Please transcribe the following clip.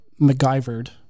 MacGyvered